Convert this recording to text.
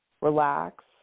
relax